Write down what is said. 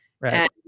Right